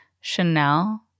chanel